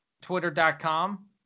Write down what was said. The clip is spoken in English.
Twitter.com